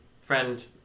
friend